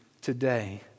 today